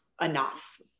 enough